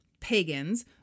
pagans